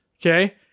Okay